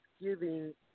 giving